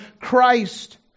Christ